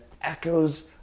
echoes